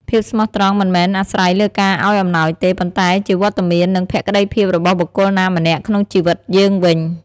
ភាពស្មោះត្រង់មិនមែនអាស្រ័យលើការឱ្យអំណោយទេ ប៉ុន្តែជាវត្តមាន និងភក្ដីភាពរបស់បុគ្គលណាម្នាក់ក្នុងជីវិតយើងវិញ។